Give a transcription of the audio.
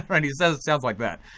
and he sounds sounds like that.